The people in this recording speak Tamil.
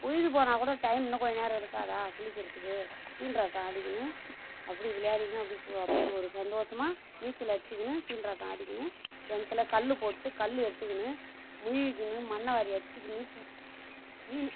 பொழுதுபோனால் கூட டைம் இன்னும் கொஞ்ச நேரம் இருக்காதா குளிக்கிறதுக்கு அப்பன்றத தாண்டிக்கின்னு அப்படி விளையாடிக்கின்னு அப்படி ஒ அப்படி ஒரு சந்தோஷமாக நீச்சல் அடிச்சுக்கின்னு தீண்டுற ஆட்டம் ஆடிக்கின்னு கிணத்துல கல்லுப்போட்டு கல் எடுத்துக்குன்னு மூழுகிக்கின்னு மண்ணை வாரி அடிச்சுக்கின்னு க மீன்